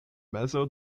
mezo